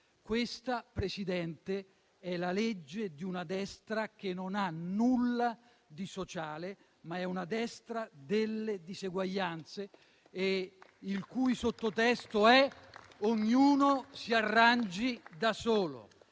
Questa, Presidente, è la legge di una destra che non ha nulla di sociale, ma è una destra delle diseguaglianze e il cui sottotesto è il seguente: ognuno si arrangi da solo